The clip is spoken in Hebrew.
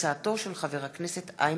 תודה.